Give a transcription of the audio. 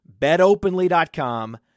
BetOpenly.com